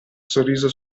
sorriso